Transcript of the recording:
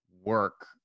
work